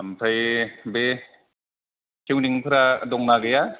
ओमफ्राय बे तिउनिंफोरा दंना गैया